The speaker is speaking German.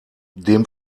dem